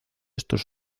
estos